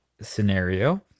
scenario